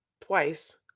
twice